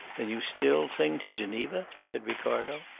then you still cling to geneva? said ricardo.